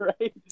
Right